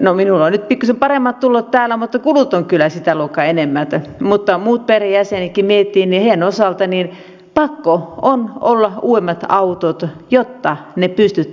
no minulla on nyt pikkusen paremmat tulot täällä mutta kulut ovat kyllä sitä luokkaa enemmän mutta muidenkin perheenjäsenten osalta niin pakko on olla uudemmat autot jotta ne pystytään pitämään kunnossa